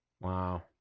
Wow